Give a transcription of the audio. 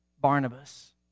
Barnabas